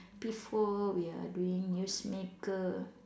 P four we are doing news maker